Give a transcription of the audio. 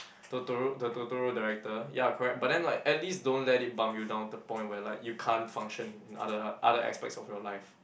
Totoro the Totoro director ya correct but then like at least don't let it bump you down to the point where like you can't function in other other aspects of your life